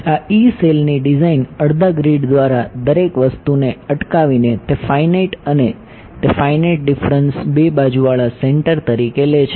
આ ઇ સેલની ડિઝાઇન અડધી ગ્રીડ દ્વારા દરેક વસ્તુને અટકાવીને તે ફાઇનાઇટ અને તે ફાઇનાઇટ ડિફરન્સ બે બાજુવાળા સેન્ટર તરીકે લે છે